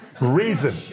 Reason